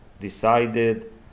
decided